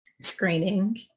screening